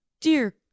Dear